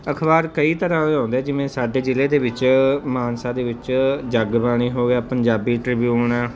ਅਖ਼ਬਾਰ ਕਈ ਤਰ੍ਹਾਂ ਦੇ ਆਉਂਦੇ ਜਿਵੇਂ ਸਾਡੇ ਜ਼ਿਲ੍ਹੇ ਦੇ ਵਿੱਚ ਮਾਨਸਾ ਦੇ ਵਿੱਚ ਜਗ ਬਾਣੀ ਹੋ ਗਿਆ ਪੰਜਾਬੀ ਟ੍ਰਿਬਿਊਨ